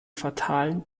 fatalen